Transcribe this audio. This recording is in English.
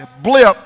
blip